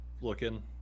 looking